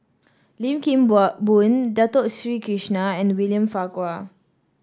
Lim Kim Boon Dato Sri Krishna and William Farquhar